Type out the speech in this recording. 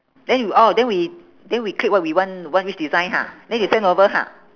then we oh then we then we click what we want want which design ha then they send over ha